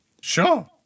Sure